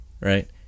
right